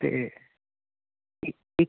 ਅਤੇ ਇ ਇੱਕ